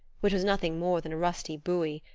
which was nothing more than a rusty buoy,